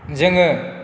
जोङो